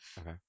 Okay